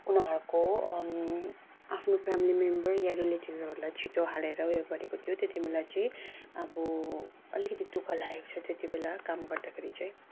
उनीहरूको आफ्नो family member या रिलेटिभ्सहरूलाई छिटो हालेर उयो गरेको थियो त्यति बेला चाहिँ अब अलिकति दु ख लागेको छ त्यति बेला काम गर्दाखेरि चाहिँ